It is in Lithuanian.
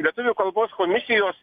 lietuvių kalbos komisijos